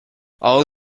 all